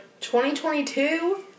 2022